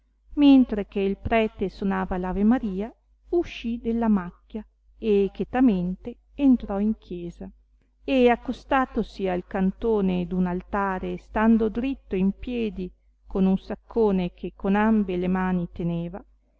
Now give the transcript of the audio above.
mentre che il prete sonava l'ave maria uscì della macchia e chetamente entrò in chiesa e accostatosi al cantone d un altare e stando dritto in piedi con un saccone che con ambe le mani teneva